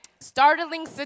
Startling